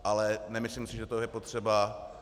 Ale nemyslím si, že to je potřeba.